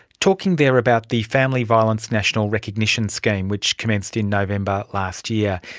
talking there about the family violence national recognition scheme which commenced in november last year.